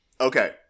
Okay